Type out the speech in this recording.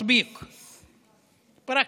(אומר בערבית ומתרגם:) פרקטיקום.